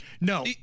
No